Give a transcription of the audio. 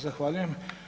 Zahvaljujem.